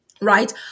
right